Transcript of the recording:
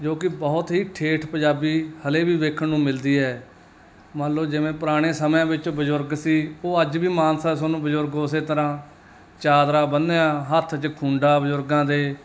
ਜੋ ਕਿ ਬਹੁਤ ਹੀ ਠੇਠ ਪੰਜਾਬੀ ਹਾਲੇ ਵੀ ਵੇਖਣ ਨੂੰ ਮਿਲਦੀ ਹੈ ਮੰਨ ਲਓ ਜਿਵੇਂ ਪੁਰਾਣੇ ਸਮਿਆਂ ਵਿੱਚ ਬਜ਼ੁਰਗ ਸੀ ਉਹ ਅੱਜ ਵੀ ਮਾਨਸਾ ਤੁਹਾਨੂੰ ਬਜ਼ੁਰਗ ਉਸੇ ਤਰ੍ਹਾਂ ਚਾਦਰਾ ਬੰਨ੍ਹਿਆ ਹੱਥ 'ਚ ਖੂੰਡਾ ਬਜ਼ੁਰਗਾਂ ਦੇ